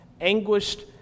anguished